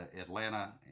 Atlanta